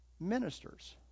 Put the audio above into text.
ministers